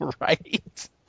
right